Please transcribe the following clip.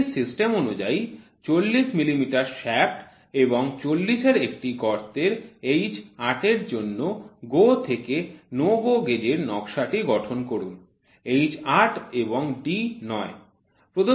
British system অনুযায়ী 40 millimetre shaft এবং 40 এর একটি গর্তের H8 এর জন্য GO থেকে NO GO গেজের নকশা টি গঠন করুন H8 এবং d9